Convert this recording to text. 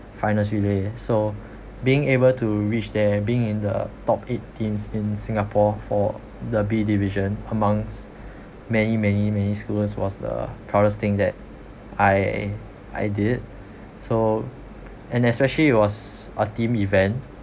finals relay so being able to reach there being in the top eight teams in singapore for the B division amongst many many many schools it was the proudest thing that I I did so and especially it was a team event